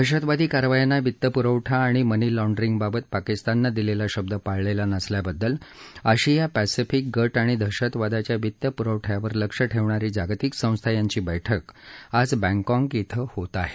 दहशतवादी कारवायांना वित्त पुरवठा आणि मनी लाँडरिंगबाबत पाकिस्तानने दिलेला शब्द पाळलेला नसल्याबद्दल आशिया पॅसेफिक गट आणि दहशतवादाच्या वित्त पुरवठ्यावर लक्ष ठेवणारी जागतिक संस्था यांची बैठक आज बँकॉक श्वे होत आहे